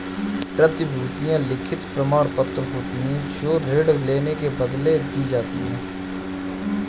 प्रतिभूतियां लिखित प्रमाणपत्र होती हैं जो ऋण लेने के बदले दी जाती है